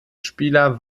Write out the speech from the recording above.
spieler